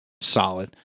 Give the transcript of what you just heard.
solid